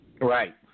Right